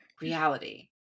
reality